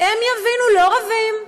הם יבינו: לא רבים.